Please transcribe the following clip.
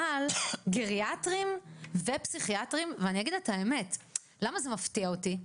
אבל גריאטריים ופסיכיאטרים" ואני אגיד את האמת למה זה מפתיע אותי?